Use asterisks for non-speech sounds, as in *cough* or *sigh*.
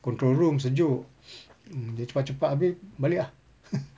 control room sejuk *breath* mm jadi cepat cepat habis balik ah !huh!